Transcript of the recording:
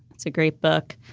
it's a great book.